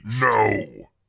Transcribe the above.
No